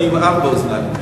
אני עם ארבע אוזניים,